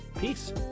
Peace